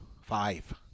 Five